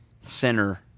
center